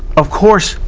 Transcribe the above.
of course,